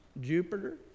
Jupiter